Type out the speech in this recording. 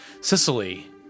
Sicily